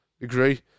Agree